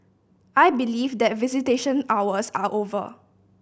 I believe that visitation hours are over